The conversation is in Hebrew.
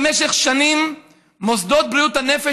במשך שנים מוסדות בריאות הנפש,